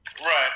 Right